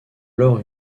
alors